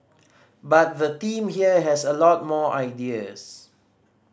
but the team here has a lot more ideas